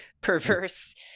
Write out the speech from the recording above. perverse